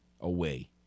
away